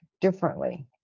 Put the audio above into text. differently